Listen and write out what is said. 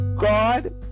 God